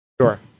Sure